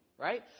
right